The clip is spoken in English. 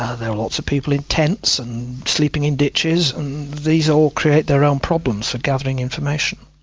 ah there are lots of people in tents and sleeping in ditches, and these all create their own problems for gathering information.